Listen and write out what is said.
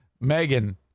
Megan